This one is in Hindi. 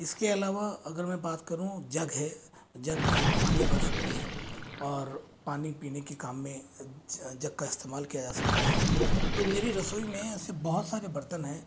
इसके अलावा अगर मैं बात करूँ जग है जग में हम पानी भर सकते हैं और पानी पीने के काम में जग का इस्तेमाल किआ जा सकता है तो मेरी रसोई में ऐसे बहुत सारे बर्तन है